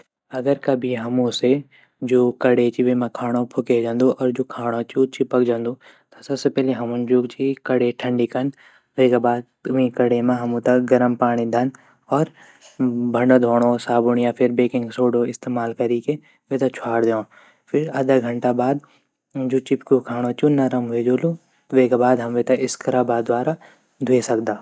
अगर कभी हमू से जू कढ़े ची वेमा खांडो फुके जांदू अर जु खांडो ची वेमा चिपक जांदू ता सबसे पेहली हमुन जु ची कड़े ठंडी कन वेगा बाद जू ची हमुन वे कड़े मा गरम पांडी ढान फिर वेमा भांडा साबुन या बेकिंग सोडो इस्तेमाल करी ते वेते छवाड दयोंड फिर आधा घंटा बाद जु चिप्क्यू खांडो ची उ नरम वे जोलु वेगा बाद हम वेटे स्क्रबा द्वारा द्वे सकदा।